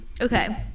Okay